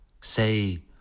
Say